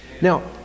now